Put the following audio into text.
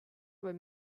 were